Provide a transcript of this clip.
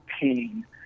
pain